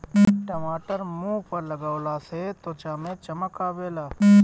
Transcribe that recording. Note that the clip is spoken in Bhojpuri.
टमाटर मुंह पअ लगवला से त्वचा में चमक आवेला